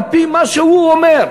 על-פי מה שהוא אומר.